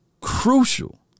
crucial